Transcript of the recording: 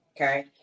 okay